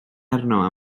arno